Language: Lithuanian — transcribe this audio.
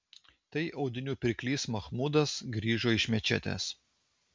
tai audinių pirklys machmudas grįžo iš mečetės